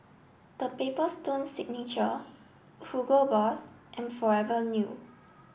the Paper Stone Signature Hugo Boss and Forever New